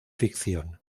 ficción